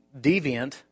deviant